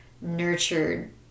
nurtured